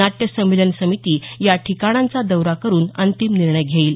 नाट्यसंमेलन समिती या ठिकाणांचा दौरा करुन अंतिम निर्णय घेईल